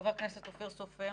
חבר הכנסת אופיר סופר.